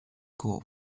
corp